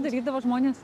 darydavo žmonės